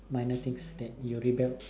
minor things that you will rebel